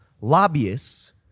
Lobbyists